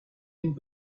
and